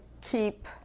keep